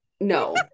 no